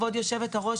כבוד יושבת הראש,